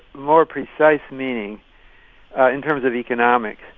more precise meaning in terms of economics.